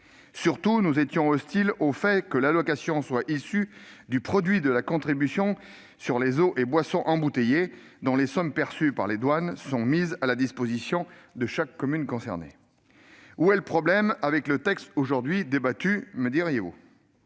surtout hostiles au fait que l'allocation soit issue du produit de la contribution sur les eaux et boissons embouteillées, dont les sommes perçues par les douanes sont mises à la disposition de chaque commune concernée. Où est le problème dans le texte dont nous débattons aujourd'hui ?